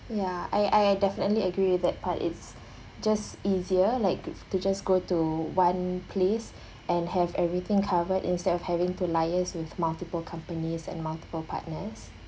ya I I definitely agree with that part it's just easier like to just go to one place and have everything covered instead of having to liase with multiple companies and multiple partners